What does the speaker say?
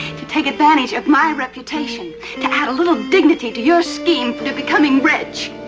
you take advantage of my reputation to add a little dignity to your scheme to becoming rich.